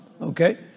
Okay